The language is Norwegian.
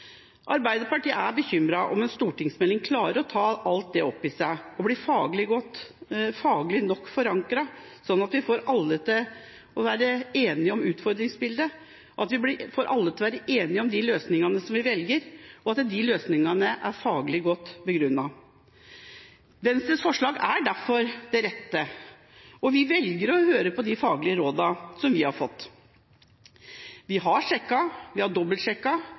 Arbeiderpartiet er bekymret for om en stortingsmelding klarer å ta alt dette opp i seg og bli faglig godt nok forankret, slik at vi får alle til å være enige om utfordringsbildet – at vi får alle til å være enige om de løsningene vi velger, og at de løsningene er faglig godt begrunnet. Venstres forslag er derfor det rette, og vi velger å høre på de faglige rådene som vi har fått. Vi har sjekket, vi har